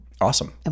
awesome